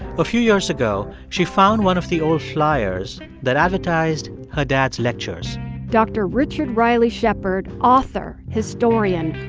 a few years ago, she found one of the old flyers that advertised her dad's lectures dr. richard riley shepard author, historian,